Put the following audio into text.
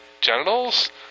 genitals